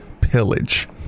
pillage